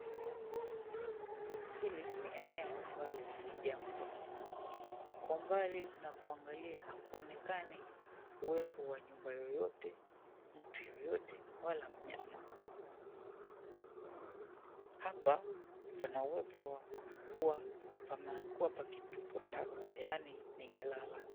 Hili ni eneo ambalo ni jangwa. Kwa umbali unapoangalia hakuonekani uwepo wa nyumba yoyote, mtu yeyote, wala mnyama. Hapa pana uwepo wa kuwa pamekuwa pakitupwa taka, yaani ni jalala.